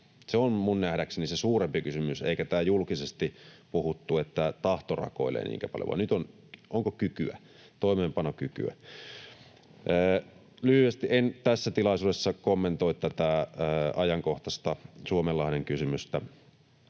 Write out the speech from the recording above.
Se on nähdäkseni se suurempi kysymys eikä niinkään paljon tämä julkisesti puhuttu, että tahto rakoilee, vaan onko kykyä, toimeenpanokykyä. Lyhyesti: en tässä tilaisuudessa kommentoi tätä ajankohtaista Suomenlahden kysymystä.